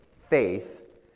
faith